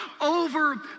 over